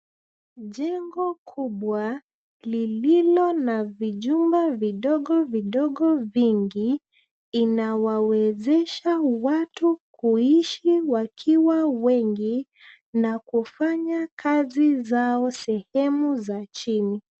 Jengo kubwa lililo na vijumba vidogo vidogo vingi inawawezesha watu kuishi wakiwa wengi na kufanya kazi zao sehemu za chini.